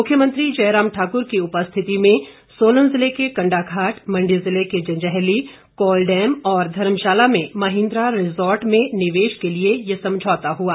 मुख्यमंत्री जयराम ठाक्र की उपस्थिति में सोलन जिले के कंडाघाट मंडी जिले के जंजैहली कोलडैम और धर्मशाला में महिन्द्रा रिज़ॉर्ट में निवेश के लिए ये समझौता हुआ